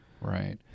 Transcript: Right